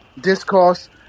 discourse